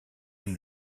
aime